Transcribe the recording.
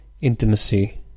intimacy